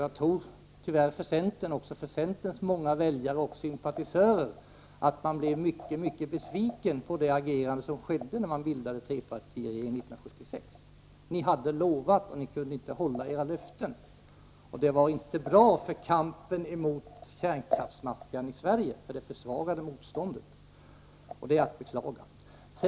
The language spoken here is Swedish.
Jag tror tyvärr att även centerns många väljare och sympatisörer blev mycket besvikna över agerandet efter trepartiregeringens bildande 1976. Ni hade lovat och ni kunde inte hålla era löften. Det var inte bra för kampen mot kärnkraftsmaffian i Sverige — det försvagade motståndet, och det är att beklaga.